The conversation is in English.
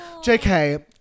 JK